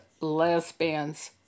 lesbians